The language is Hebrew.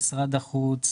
עם משרד החוץ,